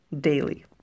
daily